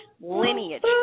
lineage